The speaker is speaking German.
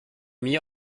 mir